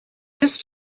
this